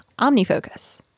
OmniFocus